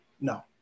No